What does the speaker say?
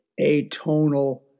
atonal